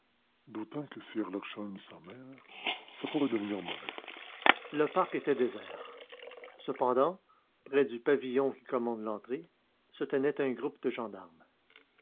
d'autant que si herlock sholmès s'en mêle ça pourrait devenir mauvais le parc était désert cependant près du pavillon qui commande l'entrée se tenait un groupe de gendarmes